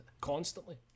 constantly